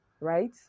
right